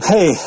Hey